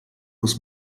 muss